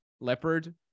leopard